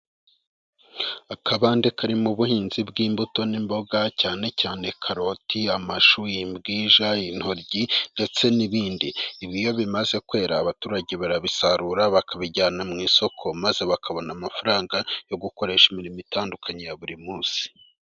Akabande karimo ubuhinzi bw'imbuto n'imboga, cyane cyane karoti, amashu, imbwija, intoryi ndetse n'ibindi, ibi iyo bimaze kwera abaturage barabisarura, bakabijyana mu isoko, maze bakabona amafaranga yo gukoresha imirimo itandukanye ya buri munsi.